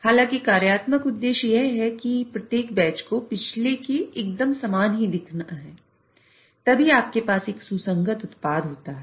हालांकि कार्यात्मक उद्देश्य यह है कि प्रत्येक बैच को पिछले के एकदम समान ही दिखना है तभी आपके पास एक सुसंगत उत्पाद होता है